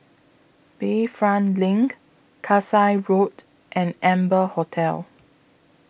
Bayfront LINK Kasai Road and Amber Hotel